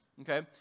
Okay